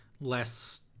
less